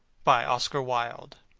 by oscar wilde